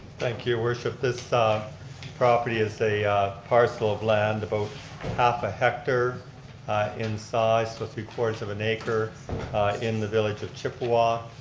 thank you your worship. this property is a parcel of land about half a hectare in size, so two cords of an acre in the village of chippewa.